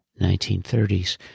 1930s